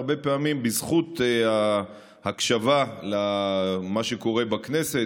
הרבה פעמים בזכות הקשבה למה שקורה בכנסת,